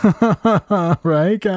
Right